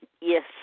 Yes